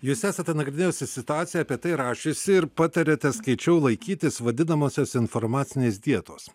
jūs esate nagrinėjusi situaciją apie tai rašiusi ir patariate skaičiau laikytis vadinamosios informacinės dietos